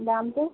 দামটো